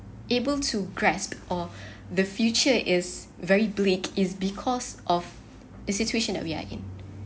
able to grasp or the future is very bleak is because of situation that we're in